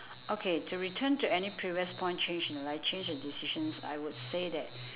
okay to return to any previous point change in life change in decisions I would say that